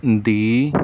ਦੀ